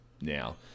now